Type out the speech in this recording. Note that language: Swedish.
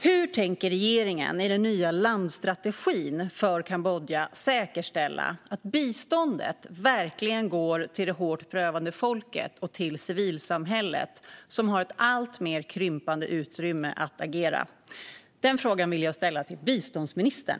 Hur tänker regeringen säkerställa i den nya landstrategin för Kambodja att biståndet verkligen går till det hårt prövade folket och till civilsamhället, som har ett alltmer krympande utrymme för att agera? Den frågan ställer jag till biståndsministern.